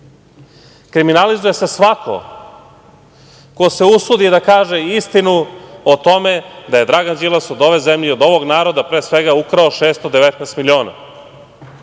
Kriminalizuje se svako ko se usudi da kaže istinu o tome da je Dragan Đilas od ove zemlje i od ovog naroda, pre svega, ukrao 619 miliona.